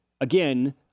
again